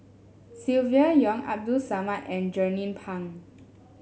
Silvia Yong Abdul Samad and Jernnine Pang